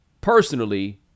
personally